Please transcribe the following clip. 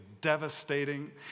devastating